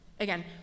Again